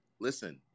Listen